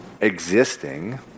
existing